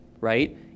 right